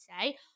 say